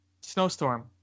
snowstorm